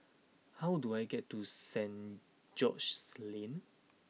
how do I get to Saint George's Lane